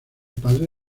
padre